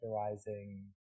characterizing